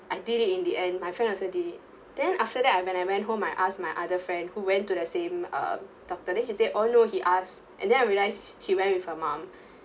I did it in the end my friend also did it then after that I when I went home I asked my other friend who went to the same uh doctor then she say oh no he asked and then I realised sh~ she went with her mom